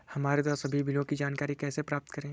हमारे द्वारा सभी बिलों की जानकारी कैसे प्राप्त करें?